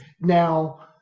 now